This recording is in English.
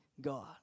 God